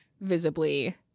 visibly